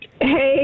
Hey